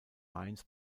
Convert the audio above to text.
mainz